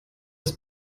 das